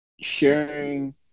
sharing